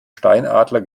steinadler